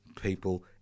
people